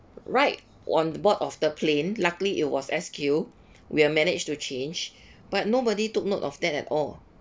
right on board of the plane luckily it was SQ we have managed to change but nobody took note of that at all